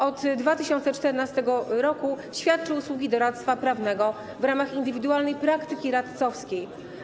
Od 2014 r. świadczy usługi doradztwa prawnego w ramach indywidualnej praktyki radcowskiej.